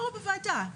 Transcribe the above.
פה בוועדה,